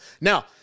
Now